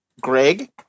Greg